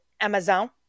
Amazon